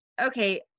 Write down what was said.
okay